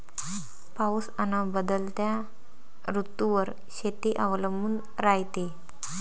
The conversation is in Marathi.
पाऊस अन बदलत्या ऋतूवर शेती अवलंबून रायते